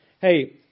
hey